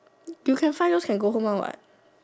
you can find those can go home one what